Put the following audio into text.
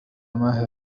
ماهر